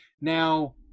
Now